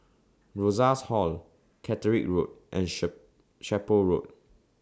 Rosas Hall Catterick Road and Chapel Road